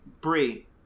Brie